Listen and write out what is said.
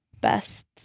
best